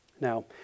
Now